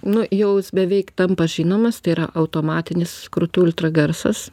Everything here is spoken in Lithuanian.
nu jau jis beveik tampa žinomas tai yra automatinis krūtų ultragarsas